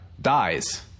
dies